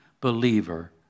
believer